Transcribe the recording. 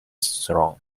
throne